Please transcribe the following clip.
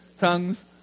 Tongues